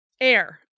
air